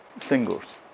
singles